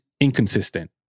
inconsistent